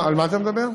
על מה אתה מדבר?